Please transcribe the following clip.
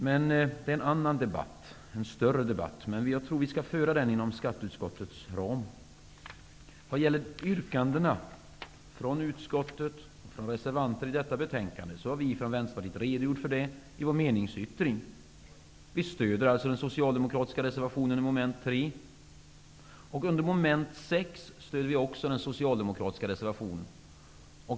Men det är en annan och större debatt. Jag tror att vi skall föra den inom skatteutskottets ram. Vad gäller yrkandena från utskottet och från reservanterna har vi från Vänsterpartiet redogjort för vår inställning i vår meningsyttring. Vi stöder alltså den socialdemokratiska reservationen i mom. 3. Under mom. 6 stöder vi också den socialdemokratiska reservationen.